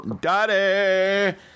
Daddy